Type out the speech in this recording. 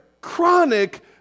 chronic